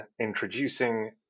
introducing